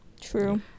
true